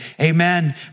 Amen